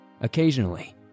Occasionally